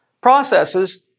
processes